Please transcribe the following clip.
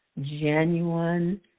genuine